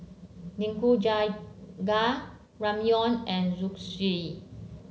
Nikujaga Ramyeon and Zosui